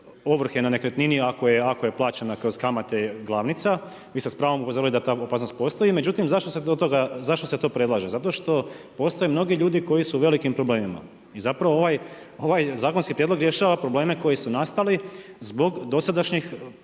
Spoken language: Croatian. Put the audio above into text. ovrhe na nekretnine ako je plaćena kroz kamate glavnica, vi ste s pravom upozorili da ta opasnost postoji, međutim zašto se to predlaže? Zato što postoje mnogi ljudi koju su u velikim problemima i zapravo ovaj zakonski prijedlog rješava probleme koji su nastali zbog dosadašnjih